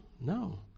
No